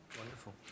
Wonderful